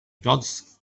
gods